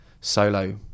solo